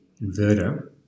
inverter